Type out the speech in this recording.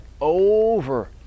over